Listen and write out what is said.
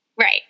Right